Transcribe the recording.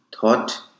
thought